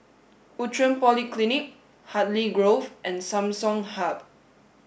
Outram Polyclinic Hartley Grove and Samsung Hub